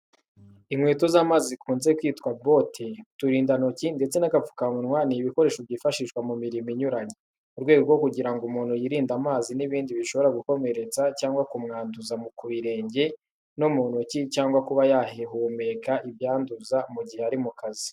Inkweto z'amazi zikunze kwitwa bote, uturindantoki ndetse n'agapfukamunwa ni ibikoresho byifashishwa mu mirimo inyuranye, mu rwego rwo kugira ngo umuntu yirinde amazi n'ibindi bishobora gukomeretsa cyagwa kumwanduza ku birenge no mu ntoki cyangwa kuba yahumeka ibyanduza, mu gihe ari mu kazi.